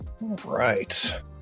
right